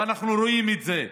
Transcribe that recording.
ואנחנו רואים את זה,